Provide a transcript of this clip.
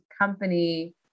company